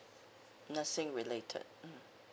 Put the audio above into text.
nursing related mm